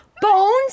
bones